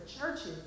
churches